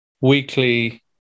weekly